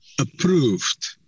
approved